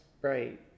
right